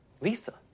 Lisa